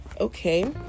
Okay